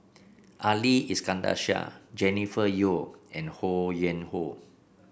Ali Iskandar Shah Jennifer Yeo and Ho Yuen Hoe